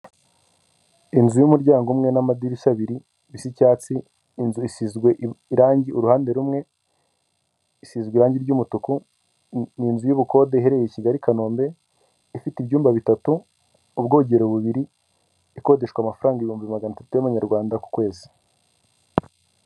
Inzu y'umuryango umwe n'amadirishya abiri bisa icyatsi. Inzu isizwe irangi uruhande rumwe, isize irangi ry'umutuku. Ni inzu y'ubukode iherereye i Kigali-Kanombe; ifite ibyumba bitatu, ubwogero bubiri, ikodeshwa amafaranga ibihumbi magana atatu y'amanyarwanda ku kwezi.